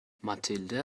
mathilde